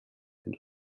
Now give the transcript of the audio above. and